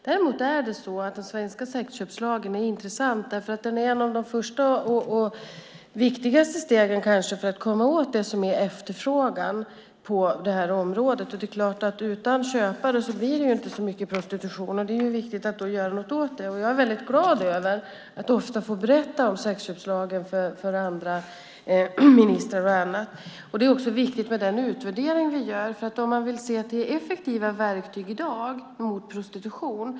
Däremot är den svenska sexköpslagen intressant därför att den är ett av de första och kanske viktigaste stegen för att komma åt efterfrågan på det här området. Utan köpare blir det ju inte så mycket prostitution, och det är viktigt att göra något åt detta. Jag är väldigt glad över att ofta få berätta om sexköpslagen för ministrar och andra. Det är också viktigt med den utvärdering vi gör. Man kan titta på effektiva verktyg i dag mot prostitution.